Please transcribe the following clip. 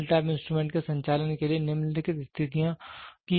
नल type instrument के संचालन के लिए निम्नलिखित स्थितियों की आवश्यकता होती है